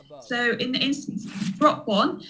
so in the instance if you drop one,